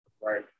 Right